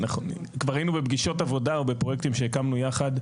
כבר היינו בפגישות עבודה או בפרוייקטים שהקמנו יחד,